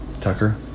Tucker